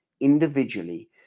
individually